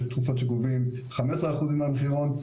יש תרופות שגובים 15% מהמחירון,